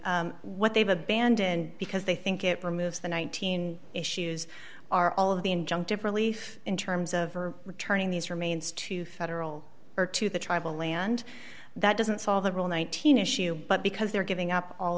what they've abandoned because they think it removes the nineteen issues are all of the injunctive relief in terms of returning these remains to federal or to the tribal land that doesn't solve the rule nineteen issue but because they're giving up all